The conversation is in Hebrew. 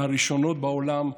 מהראשונות בעולם,